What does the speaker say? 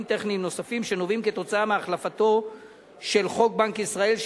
טכניים נוספים שנובעים מהחלפת חוק בנק ישראל,